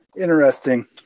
Interesting